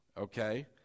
okay